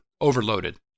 overloaded